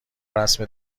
رسم